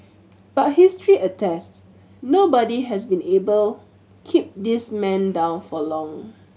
but history attests nobody has been able keep this man down for long